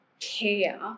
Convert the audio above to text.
care